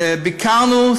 ביקרנו,